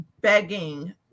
begging